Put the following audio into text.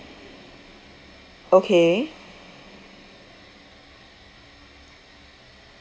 okay